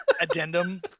addendum